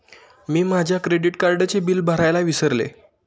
मी माझ्या क्रेडिट कार्डचे बिल भरायला विसरले